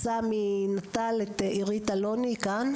רוצה מנט"ל את אירית אלוני, היא כאן?